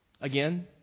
Again